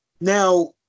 Now